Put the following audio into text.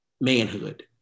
manhood